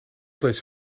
deze